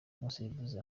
umusifuzi